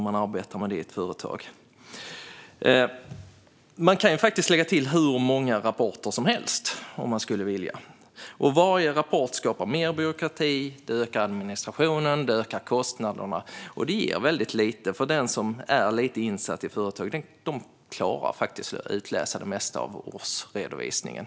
Man kan faktiskt lägga till hur många rapporter som helst om man skulle vilja. Och varje rapport skapar mer byråkrati och ökar administrationen och kostnaderna, samtidigt som det ger väldigt lite för dem som är lite insatta i företagen. De klarar faktiskt att utläsa det mesta av årsredovisningen.